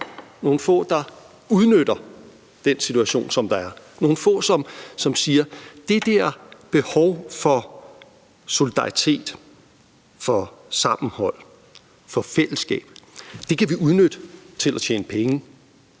nogle få, der udnytter den situation, som der er, nogle få, som siger: Det der behov for solidaritet, for sammenhold, for fællesskab kan vi udnytte til at tjene penge;